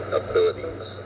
abilities